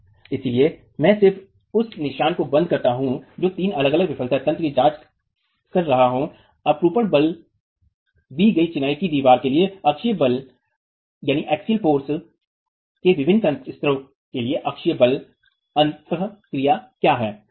इसलिए मैं सिर्फ उस निशान को बंद करता हूं और फिर तीन अलग अलग विफलता तंत्रों की जांच कर रहा हूं अपरूपण बल दी गई चिनाई की दीवार के लिए अक्षीय बल के विभिन्न स्तरों के लिए अक्षीय बल अंत क्रिया क्या है